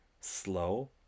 slow